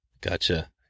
gotcha